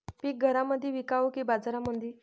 पीक घरामंदी विकावं की बाजारामंदी?